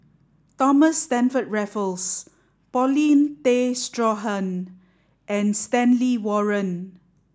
Thomas Stamford Raffles Paulin Tay Straughan and Stanley Warren